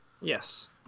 yes